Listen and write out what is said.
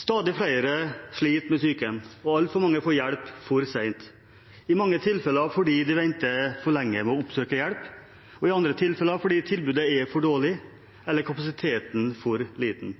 Stadig flere sliter med psyken, og altfor mange får hjelp for sent, i mange tilfeller fordi de venter for lenge med å oppsøke hjelp, og i andre tilfeller fordi tilbudet er for dårlig eller